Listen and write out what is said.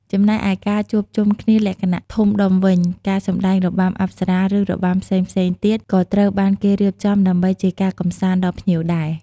ចំណែកឯការជួបជុំគ្នាលក្ខណៈធំដុំវិញ ការសម្ដែងរបាំអប្សរា ឬ របាំផ្សេងៗទៀត ក៏ត្រូវបានគេរៀបចំដើម្បីជាការកំសាន្តដល់ភ្ញៀវដែរ។